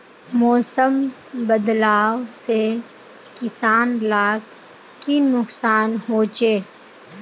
मौसम बदलाव से किसान लाक की नुकसान होचे?